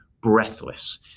breathless